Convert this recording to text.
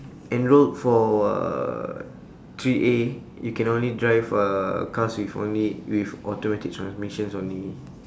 enrolled for uh three A you can only drive uh cars with only with automatic transmissions only